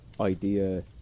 idea